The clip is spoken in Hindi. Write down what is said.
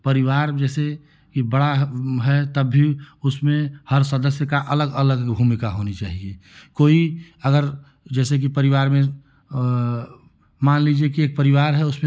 परिवार जैसे कि बड़ा है तब भी उसमें हर सदस्य का अलग अलग भूमिका होनी चाहिए कोई अगर जैसे की परिवार में मान लीजिए की एक परिवार है उसमें